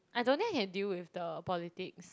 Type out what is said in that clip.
I don't think I can deal with the politics